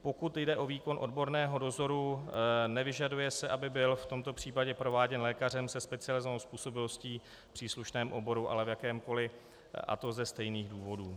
Pokud jde o výkon odborného dozoru, nevyžaduje se, aby byl v tomto případě prováděn lékařem se specializovanou způsobilostí v příslušném oboru, ale v jakémkoli, a to ze stejných důvodů.